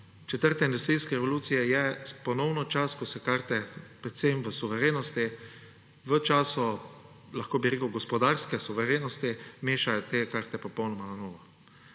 Čas 4. industrijske revolucije je ponovno čas, ko so karte predvsem v suverenosti, v času, lahko bi rekel, gospodarske suverenosti se mešajo te karte popolnoma na novo.